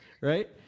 right